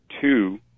two